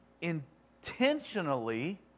intentionally